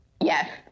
Yes